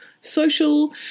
social